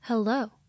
Hello